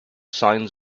signs